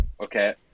Okay